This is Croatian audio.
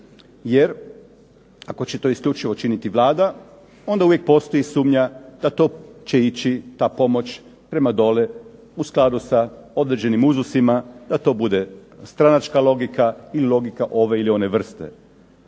jer ako će to isključivo činiti Vlada onda uvijek postoji sumnja da to će ići, ta pomoć prema dole u skladu s određenim uzusima, da to bude stranačka logika i logika ove ili one vrste.